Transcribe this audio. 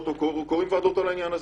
או קוראים לכנס ועדות על העניין הזה.